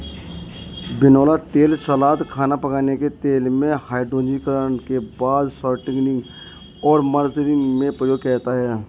बिनौला तेल सलाद, खाना पकाने के तेल में, हाइड्रोजनीकरण के बाद शॉर्टनिंग और मार्जरीन में प्रयोग किया जाता है